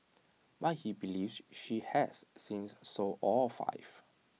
but he believes she has since sold all five